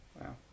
wow